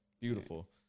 beautiful